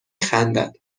خندد